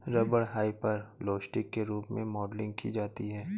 rubber hyperelastic के रूप में मॉडलिंग की जाती है